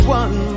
one